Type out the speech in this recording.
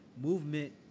movement